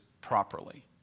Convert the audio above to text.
properly